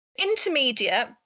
Intermediate